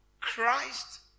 Christ